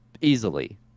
easily